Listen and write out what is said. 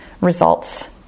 results